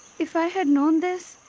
if i had known this,